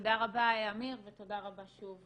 תודה רבה אמיר ותודה רבה, שוב,